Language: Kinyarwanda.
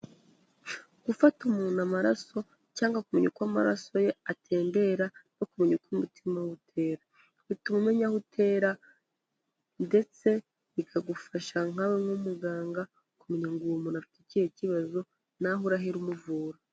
Gufata umuntu amaraso cyangwa kumenya uko amaraso ye atembera no kumenya uko umutima we utera, bituma umenya aho utera ndetse bikagufasha nkawe nk'umuganga kumenya ngo uwo muntu afite ikihe kibazo, naho urahera umuvura.